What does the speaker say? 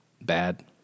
Bad